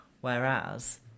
Whereas